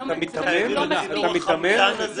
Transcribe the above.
חייבים את צינור החמצן הזה